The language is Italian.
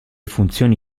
funzioni